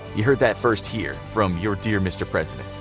you heard that first here, from your dear mr. president.